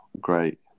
Great